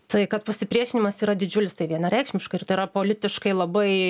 tai kad pasipriešinimas yra didžiulis tai vienareikšmiška ir tai yra politiškai labai